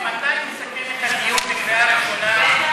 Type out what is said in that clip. ממתי עולים לסכם את הדיון בקריאה ראשונה?